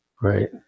right